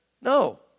no